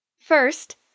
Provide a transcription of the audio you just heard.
First